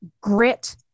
grit